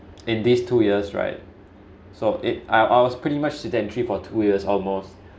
in these two years right so it I was pretty much sedentary for two years almost